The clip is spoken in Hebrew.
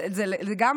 גם זה לא?